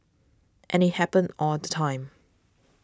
and it happens all the time